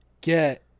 get